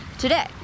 Today